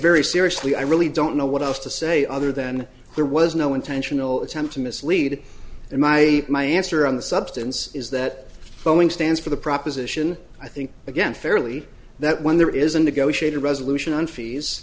very seriously i really don't know what else to say other than there was no intentional attempt to mislead in my my answer on the substance is that boeing stands for the proposition i think again fairly that when there is a negotiated resolution on fees